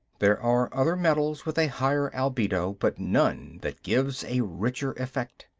there are other metals with a higher albedo, but none that give a richer effect.